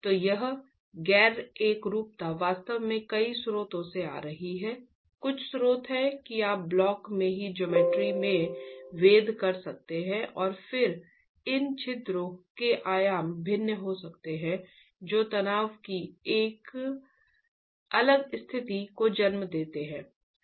तो यह गैर एकरूपता वास्तव में कई स्रोतों से आ रही है कुछ स्रोत हैं कि आप ब्लॉक में ही ज्योमेट्री में वेध कर सकते हैं और फिर इन छिद्रों के आयाम भिन्न हो सकते हैं जो तनाव की एक अलग स्थिति को जन्म दे सकते हैं